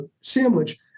sandwich